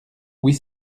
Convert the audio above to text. huit